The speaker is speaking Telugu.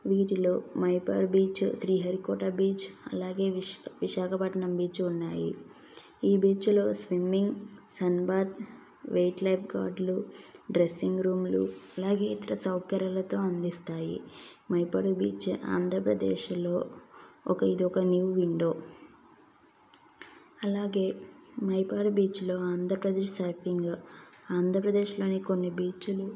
వీటిలో మైపాడు బీచ్ శ్రీహరికోట బీచ్ అలాగే విశా విశాఖపట్నం బీచ్ ఉన్నాయి ఈ బీచ్లో స్విమ్మింగ్ సన్బాత్ వెయిట్ లైక్ గార్డులు డ్రెస్సింగ్ రూమ్లు ఇలాగే ఇతర సౌకర్యాలతో అందిస్తాయి మైపాడు బీచ్ ఆంధ్రప్రదేశ్లో ఒక ఇది ఒక న్యూ విండో అలాగే మైపాడు బీచ్లో ఆంధ్రప్రదేశ్ సర్ఫింగ్ ఆంధ్రప్రదేశ్లోని కొన్ని బీచ్లు